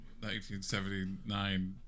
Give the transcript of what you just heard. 1979